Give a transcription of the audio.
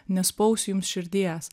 nespaus jums širdies